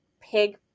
pig